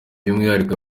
by’umwihariko